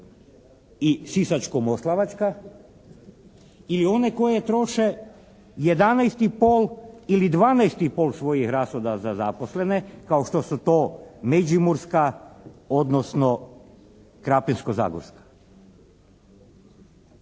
i Sisačko-moslavačka ili one koje troše 11,5 ili 12,5 svojih rashoda za zaposlene kao što su to Međimurska odnosno Krapinsko-zagorska.